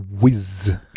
Whiz